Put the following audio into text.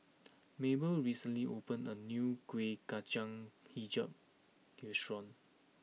Mable recently opened a new Kueh Kacang HiJau restaurant